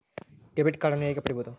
Debit ಕಾರ್ಡನ್ನು ಹೇಗೆ ಪಡಿಬೋದು?